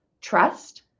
trust